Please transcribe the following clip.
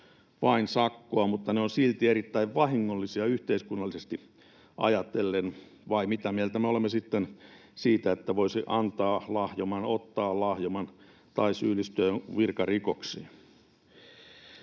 vain sakkoa, mutta ne ovat silti erittäin vahingollisia yhteiskunnallisesti ajatellen, vai mitä mieltä me olemme sitten siitä, että voisi antaa lahjoman, ottaa lahjoman tai syyllistyä virkarikokseen?